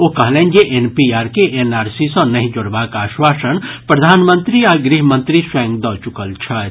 ओ कहलनि जे एनपीआर के एनआरसी सँ नहि जोड़बाक आश्वासन प्रधानमंत्री आ गृह मंत्री स्वयं दऽ चुकल छथि